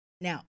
Now